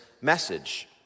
message